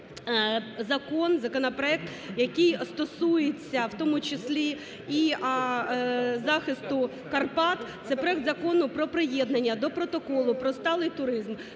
закон, законопроект, який стосується в тому числі і захисту Карпат. Це проект Закону про приєднання до Протоколу про сталий туризм